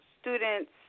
students